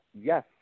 Yes